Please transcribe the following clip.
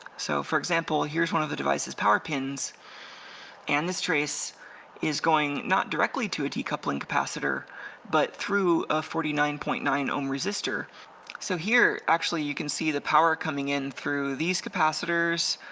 so for example here's one of the devices power pins and this trace is going not directly to a decoupling capacitor but through a forty nine point nine ohm resistor so here actually you can see the power coming in through these capacitors,